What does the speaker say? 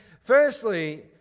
Firstly